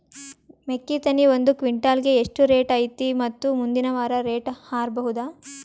ಮೆಕ್ಕಿ ತೆನಿ ಒಂದು ಕ್ವಿಂಟಾಲ್ ಗೆ ಎಷ್ಟು ರೇಟು ಐತಿ ಮತ್ತು ಮುಂದಿನ ವಾರ ರೇಟ್ ಹಾರಬಹುದ?